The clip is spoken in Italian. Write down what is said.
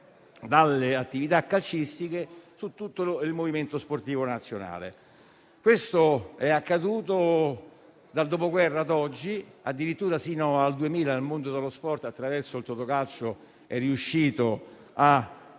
dall'attività calcistica su tutto il movimento sportivo nazionale. Questo è accaduto dal dopoguerra ad oggi: addirittura sino al 2000 il mondo del calcio, attraverso il Totocalcio, è riuscito a